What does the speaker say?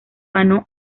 ganó